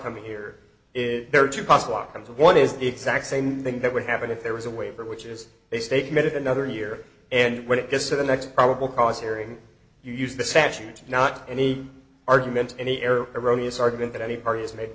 outcome here is there are two possible outcomes one is the exact same thing that would happen if there was a waiver which is they stay committed another year and when it gets to the next probable cause hearing you use the statute not any argument any error erroneous argument that any parties ma